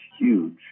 huge